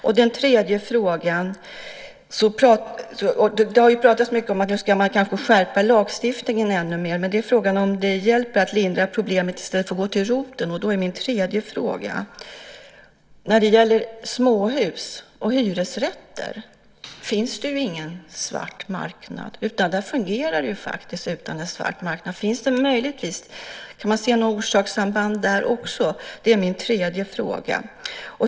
Nu har man talat mycket om att man kanske ska skärpa lagstiftningen ännu mer. Frågan är om det hjälper att lindra problemet i stället för att gå till roten. Min tredje fråga är följande. När det gäller småhus och bostadsrätter finns det ingen svart marknad, utan där fungerar det utan en svart marknad. Kan man se något orsakssamband där också? Det är min tredje fråga.